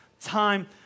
time